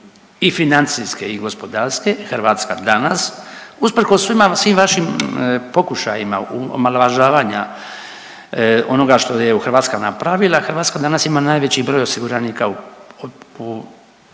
i financijske i gospodarske Hrvatska danas usprkos svim vašim pokušajima omalovažavanja onoga što je Hrvatska napravila, Hrvatska danas ima najveći broj osiguranika u,